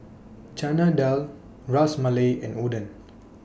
Chana Dal Ras Malai and Oden